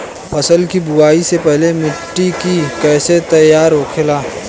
फसल की बुवाई से पहले मिट्टी की कैसे तैयार होखेला?